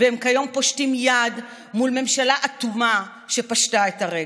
והם כיום פושטים יד מול ממשלה אטומה שפשטה את הרגל?